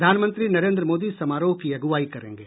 प्रधानमंत्री नरेन्द्र मोदी समारोह की अगुवाई करेंगे